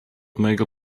mojego